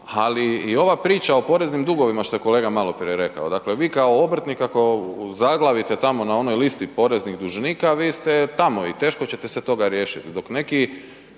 ali i ova priča o poreznim dugovima što je kolega maloprije rekao. Dakle, vi kao obrtnik ako zaglavite tamo na onoj listi poreznih dužnika vi ste tamo i teško ćete se toga riješiti,